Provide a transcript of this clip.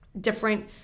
different